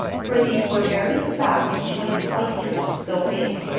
for these were very fat and choice oysters though big.